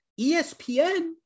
ESPN